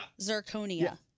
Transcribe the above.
Zirconia